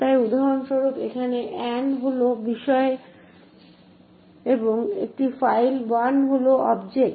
তাই উদাহরণস্বরূপ এখানে অ্যান হল বিষয় এবং একটি ফাইল 1 হল অবজেক্ট